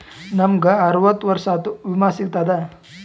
ನಮ್ ಗ ಅರವತ್ತ ವರ್ಷಾತು ವಿಮಾ ಸಿಗ್ತದಾ?